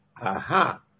Aha